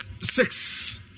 six